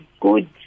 good